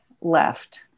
left